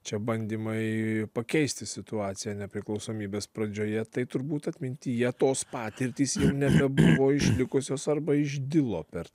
čia bandymai pakeisti situaciją nepriklausomybės pradžioje tai turbūt atmintyje tos patirtys ir nebebuvo išlikusios arba išdilo per